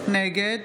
נגד